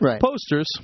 posters